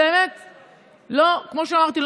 כמו שאמרתי,